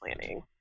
Planning